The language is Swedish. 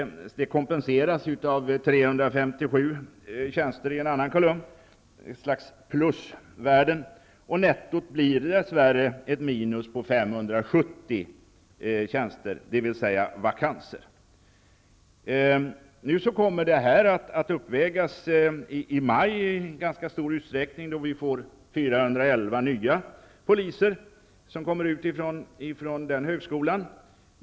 Det kompenseras av 357 tjänster i en annan kolumn, med ett slags plusvärden, men nettot blir dess värre ett minus på 570 tjänster, dvs. så många vakanser. Nu kommer detta att uppvägas i ganska stor utsträckning i maj, då 411 nya poliser kommer ut från högskolan.